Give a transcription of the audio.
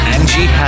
Angie